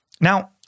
Now